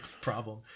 problem